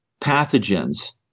pathogens